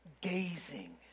Gazing